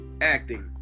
acting